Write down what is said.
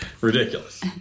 Ridiculous